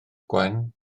gwen